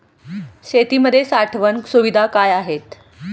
शेतीमध्ये साठवण सुविधा काय आहेत?